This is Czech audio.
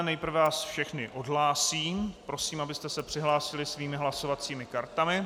Nejprve vás všechny odhlásím, prosím, abyste se přihlásili svými hlasovacími kartami.